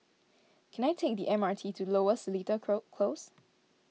can I take the M R T to Lower Seletar Close